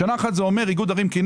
אחד הקריטריונים זה לקבל מענק איזון.